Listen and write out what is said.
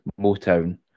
Motown